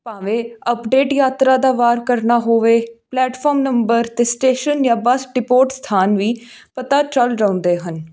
ਭਾਵੇਂ ਅਪਡੇਟ ਯਾਤਰਾ ਦਾ ਵਾਰ ਕਰਨਾ ਹੋਵੇ ਪਲੈਟਫੋਰਮ ਨੰਬਰ 'ਤੇ ਸਟੇਸ਼ਨ ਜਾਂ ਬੱਸ ਡਿਪੋਰਟ ਸਥਾਨ ਵੀ ਪਤਾ ਚੱਲ ਜਾਂਦੇ ਹਨ